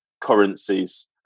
currencies